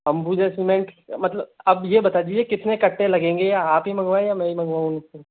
Ambuja cement मतलब आप ये बता दीजिए कितने कट्टे लगेंगे ये आप ही मंगवाएँ या मैं ही मंगवाऊँ उनको